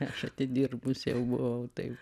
aš atidirbus jau buvau taip